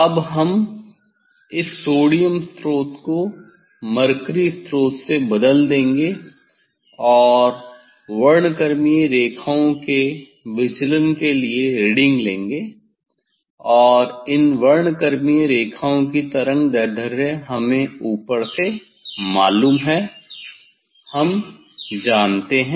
अब हम इस सोडियम स्रोत को मरकरी स्रोत से बदल देंगे और वर्णक्रमीय रेखाओं के विचलन के लिए रीडिंग लेंगे और इन वर्णक्रमीय रेखाएँ की तरंगदैर्ध्य हमें ऊपर से मालूम हैं हम जानते हैं